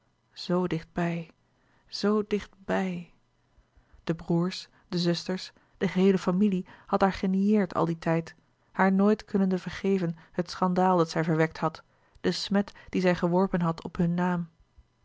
zoo dichtbij zoo dichtbij de broêrs de zusters de geheele familie had haar genieerd al dien tijd haar nooit kunnende vergeven het schandaal dat zij verwekt had den smet dien zij geworpen had op hun naam